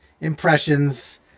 impressions